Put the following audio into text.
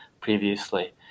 previously